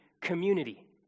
community